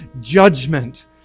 judgment